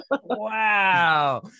Wow